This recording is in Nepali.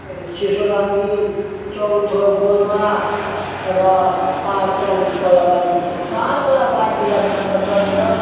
सिसोडाङ्गी चौथो गुल्मा र पाँचौ कोलाबारी पाँचवटा बालविकास सेन्टर चल्छ